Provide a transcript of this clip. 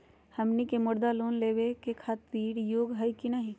हमनी के मुद्रा लोन लेवे खातीर योग्य हई की नही?